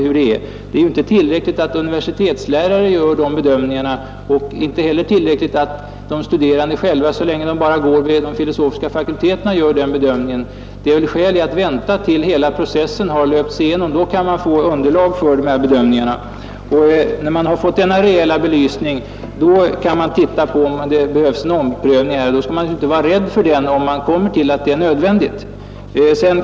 Först därefter kan man bedöma hur det är. Det är inte heller tillräckligt att de studerande själva, så länge de bara går vid de filosofiska fakulteterna, gör den bedömningen. Det finns skäl att vänta tills hela processen har genomförts. Då kan man få underlag för de här bedömningarna, och efter den rejäla belysningen kan man se om det behövs en omprövning. Kommer man fram till att en sådan är nödvändig, skall man inte vara rädd för att göra den.